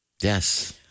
Yes